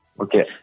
Okay